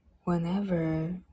whenever